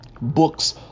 books